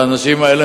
האנשים האלה